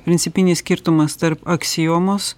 principinis skirtumas tarp aksiomos